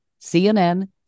CNN